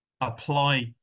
apply